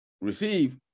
receive